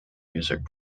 music